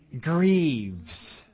Grieves